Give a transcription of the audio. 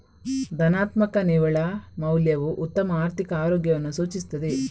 ಧನಾತ್ಮಕ ನಿವ್ವಳ ಮೌಲ್ಯವು ಉತ್ತಮ ಆರ್ಥಿಕ ಆರೋಗ್ಯವನ್ನು ಸೂಚಿಸುತ್ತದೆ